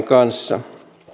kanssa